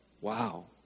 Wow